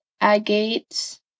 agate's